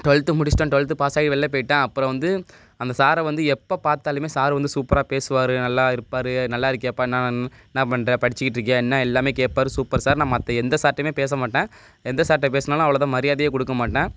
twelfth முடிஷ்ட்டேன் twelfth பாஸாகி வெளில போயிட்டேன் அப்புறோம் வந்து அந்த சாரை வந்து எப்போ பார்த்தாலுமே சாரு வந்து சூப்பராக பேசுவாரு நல்லா இருப்பார் நல்லா இருக்கியாப்பா என்னானான்னு என்ன பண்ணுற படிச்சிகிட்டுருக்கியா என்ன எல்லாமே கேப்பார் சூப்பர் சார் நான் மற்ற எந்த சார்கிட்டியுமே பேச மாட்டேன் எந்த சார்கிட்ட பேசுனாலும் அவ்வளோதா மரியாதையே கொடுக்க மாட்டேன்